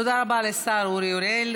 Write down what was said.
תודה רבה לשר אורי אריאל.